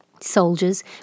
Soldiers